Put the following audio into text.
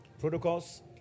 Protocols